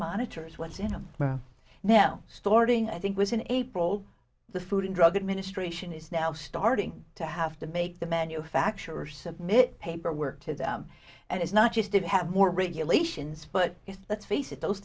monitors what's in them now storing i think was in april the food and drug administration is now starting to have to make the manufacturer submit paperwork to them and it's not just didn't have more regulations but let's face it those